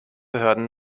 behörden